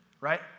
right